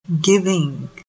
giving